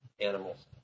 animals